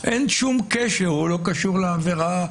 אין שום קשר והוא לא קשור לעבירה.